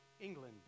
England